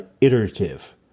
iterative